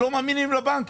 לא מאמינים לבנקים.